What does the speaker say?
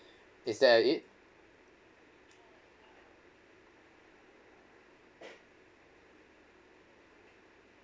is that it